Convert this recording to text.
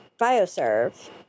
BioServe